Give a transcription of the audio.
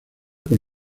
con